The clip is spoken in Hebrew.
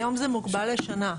היום זה מוגבל לשנה.